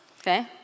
okay